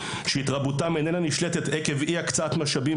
שהתרבותם איננה נשלטת עקב אי-הקצאת משאבים